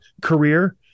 career